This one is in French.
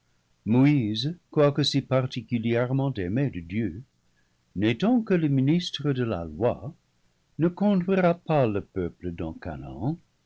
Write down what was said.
quoique si particulièrement aimé de dieu n'étant que le ministre de la loi ne conduira pas le peuple dans chanaan